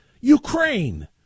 Ukraine